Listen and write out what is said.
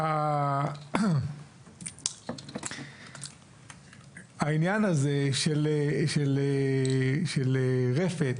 לגבי העניין של רפת